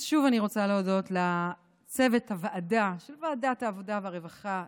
שוב אני רוצה להודות לצוות ועדת העבודה והרווחה,